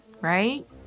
right